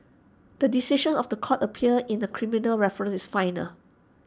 the decision of The Court of appeal in A criminal reference is final